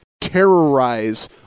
terrorize